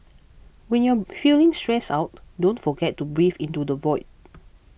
when you are feeling stressed out don't forget to breathe into the void